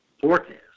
forecast